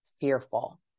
fearful